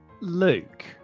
luke